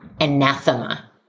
anathema